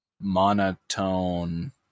monotone